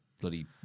bloody